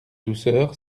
douceur